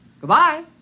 Goodbye